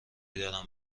دارم